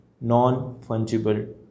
non-fungible